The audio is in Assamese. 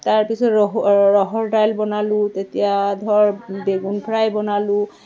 তাৰপিছত ৰ ৰহৰ দাইল বনালোঁ তেতিয়া ধৰ বেগুন ফ্ৰাই বনালোঁ